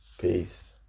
Peace